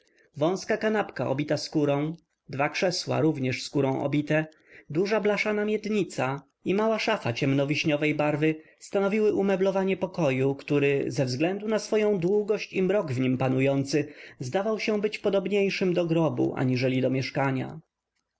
wąska kanapka obita skórą dwa krzesła również skórą obite duża blaszana miednica i mała szafa ciemnowiśniowej barwy stanowiły umeblowanie pokoju który ze względu na swoję długość i mrok w nim panujący zdawał się być podobniejszym do grobu aniżeli do mieszkania